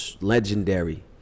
legendary